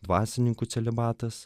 dvasininkų celibatas